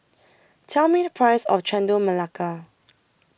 Tell Me The Price of Chendol Melaka